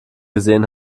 gesehen